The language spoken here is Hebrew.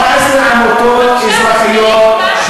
17 עמותות אזרחיות,